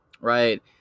right